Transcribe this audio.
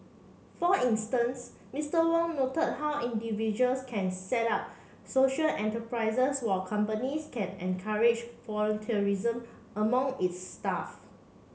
for instance Mister Wong noted how individuals can set up social enterprises while companies can encourage volunteerism among its staff